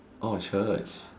orh Church